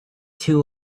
two